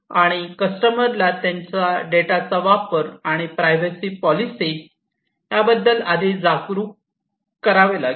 आणि कस्टमरला त्यांच्या डेटाचा वापर आणि प्रायव्हसी पॉलिसी बद्दल आधी जागरूक करावे लागेल